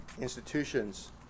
institutions